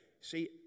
See